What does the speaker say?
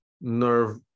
nerve